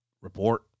report